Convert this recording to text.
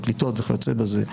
פרקליטות וכיוצא בזה,